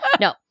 No